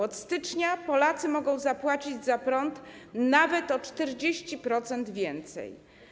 Od stycznia Polacy mogą zapłacić za prąd nawet o 40% więcej.